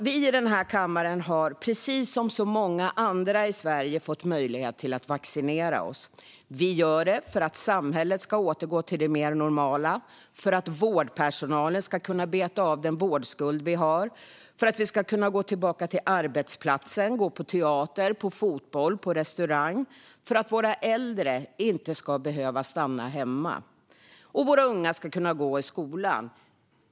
Vi i den här kammaren har, precis som så många andra i Sverige, fått möjlighet att vaccinera oss. Vi gör det för att samhället ska återgå till det mer normala, för att vårdpersonalen ska kunna beta av den vårdskuld vi har och för att vi ska kunna gå tillbaka till arbetsplatsen och gå på teater, på fotboll och på restaurang. Vi gör det för att våra äldre inte ska behöva stanna hemma och för att våra unga ska kunna gå i skolan.